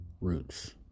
roots